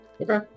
Okay